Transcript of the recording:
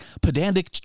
pedantic